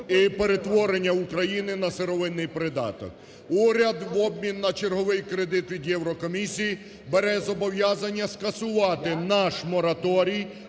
і перетворення України на сировинний придаток. Уряд в обмін на черговий кредит від Єврокомісії бере зобов'язання скасувати наш мораторій,